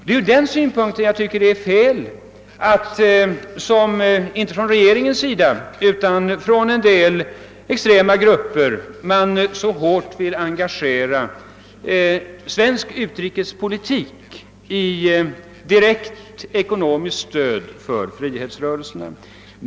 Det är ur den synpunkten som jag tycker det är fel att man, inte från regeringens sida utan från en del extrema grupper, så hårt vill engagera svensk utrikespolitik i direkt ekonomiskt stöd för frihetsrörelserna.